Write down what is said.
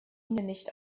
nicht